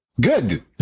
Good